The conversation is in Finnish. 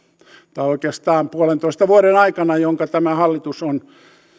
tai oikeastaan puolentoista vuoden aikana jonka tämä hallitus on